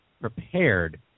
prepared